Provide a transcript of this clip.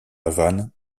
havane